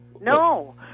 No